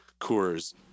Coors